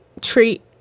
treat